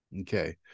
okay